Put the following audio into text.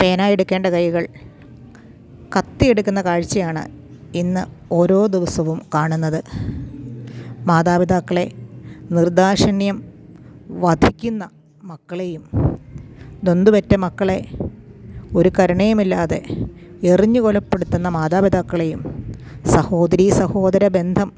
പേനയെടുക്കേണ്ട കൈകൾ കത്തിയെടുക്കുന്ന കാഴ്ചയാണ് ഇന്ന് ഓരോ ദിവസവും കാണുന്നത് മാതാപിതാക്കളെ നിർദാക്ഷിണ്യം വധിക്കുന്ന മക്കളെയും നൊന്തു പെറ്റ മക്കളെ ഒരു കരുണയുമില്ലാതെ എറിഞ്ഞു കൊലപ്പെടുത്തുന്ന മാതാപിതാക്കളെയും സഹോദരീ സഹോദര ബന്ധം